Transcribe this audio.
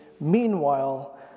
Meanwhile